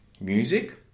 music